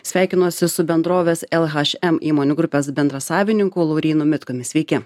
sveikinuosi su bendrovės lhm įmonių grupės bendrasavininku laurynu mitkumi sveiki